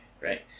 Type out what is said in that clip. right